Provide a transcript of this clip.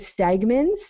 segments